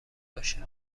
باشه